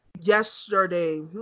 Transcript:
yesterday